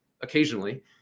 occasionally